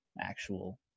actual